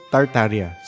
Tartaria